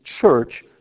church